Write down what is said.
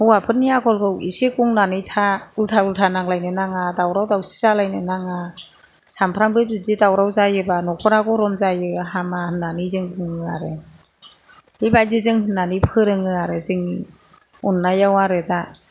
हौवाफोरनि आखलखौ एसे गंनानै था उल्था उल्था नांलायनो नाङा दावराव दावसि जालायनो नांया सामफ्रामबो बिदि दावराव जायोबा नखरा गरम जायो हामा होन्नानै जों बुङो आरो बेबायदि जों होन्नानै फोरोङो आरो जों अन्नायाव आरो दा